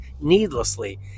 needlessly